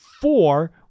four